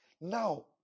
now